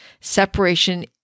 Separation